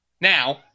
Now